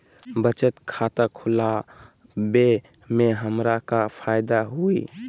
बचत खाता खुला वे में हमरा का फायदा हुई?